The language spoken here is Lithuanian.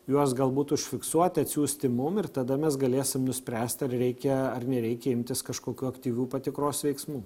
juos galbūt užfiksuoti atsiųsti mum ir tada mes galėsim nuspręsti ar reikia ar nereikia imtis kažkokių aktyvių patikros veiksmų